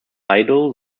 idol